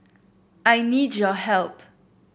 I need your help